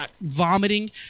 vomiting